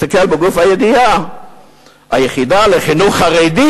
כי אנחנו צריכים יחד,